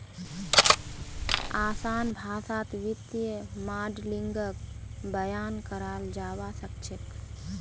असान भाषात वित्तीय माडलिंगक बयान कराल जाबा सखछेक